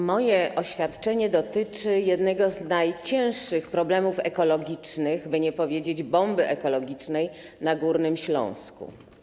Moje oświadczenie dotyczy jednego z największych problemów ekologicznych, by nie powiedzieć: bomby ekologicznej na Górnym Śląsku.